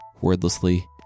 Wordlessly